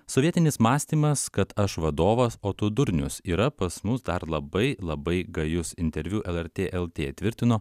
sovietinis mąstymas kad aš vadovas o tu durnius yra pas mus dar labai labai gajus interviu lrt lt tvirtino